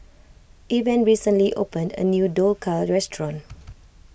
Evan recently opened a new Dhokla restaurant